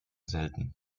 selten